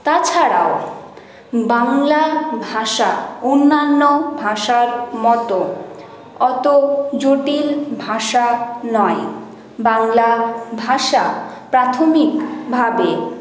তাছাড়াও বাংলা ভাষা অন্যান্য ভাষার মতোন অতো জটিল ভাষা নয় বাংলা ভাষা প্রাথমিকভাবে